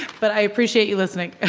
but i appreciate you listening.